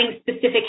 specific